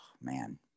man